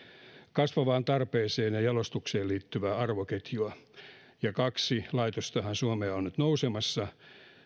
kasvavaan tarpeeseen ja jalostukseen liittyvää arvoketjua kaksi laitostahan suomeen on nyt nousemassa